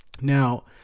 Now